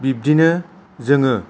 बिबदिनो जोङाे